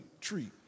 treat